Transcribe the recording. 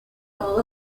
all